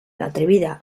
atrevida